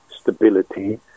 stability